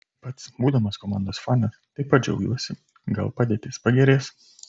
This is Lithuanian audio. pats būdamas komandos fanas taip pat džiaugiuosi gal padėtis pagerės